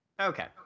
Okay